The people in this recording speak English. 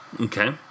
Okay